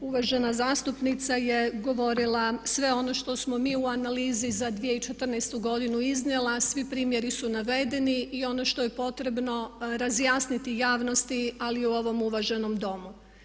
Uvažena zastupnica je govorila sve ono što smo mi u analizi za 2014. godinu iznijeli, svi primjeri su navedeni i ono što je potrebno razjasniti javnosti ali i ovom uvaženom Domu.